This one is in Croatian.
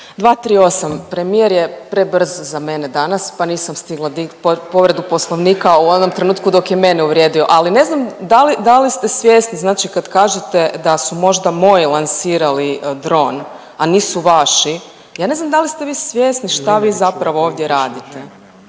238. Premijer je prebrz za mene danas pa nisam stigla .../nerazumljivo/... povredu Poslovnika u onom trenutku dok je mene uvrijedio, ali ne znam da li ste svjesni, znači kad kažete da su možda moji lansirali dron, a nisu vaši, ja ne znam da li ste vi svjesni šta vi zapravo ovdje radite.